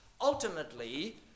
ultimately